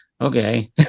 Okay